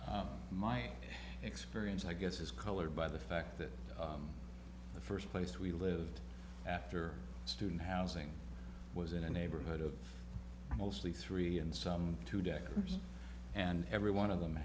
on my experience i guess is colored by the fact that the first place we lived after student housing was in a neighborhood of mostly three and some two deckers and every one of them